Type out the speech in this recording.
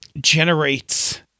generates